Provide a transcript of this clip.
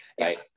Right